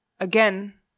Again